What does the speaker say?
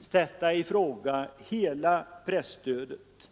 sätta i fråga hela presstödet.